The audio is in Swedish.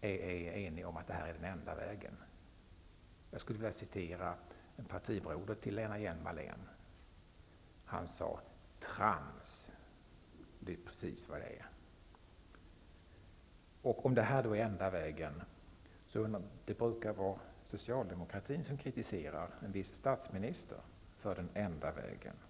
är enig om att det här är den enda vägen. Jag skulle vilja citera en partibroder till Lena Hjelm-Wallén. Han sade: ''Trams!'' Och det är precis vad det är. Skulle det här vara den enda vägen? Det brukar vara Socialdemokratin som just kritiserar en viss statsminister för uttrycket ''den enda vägen''.